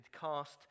cast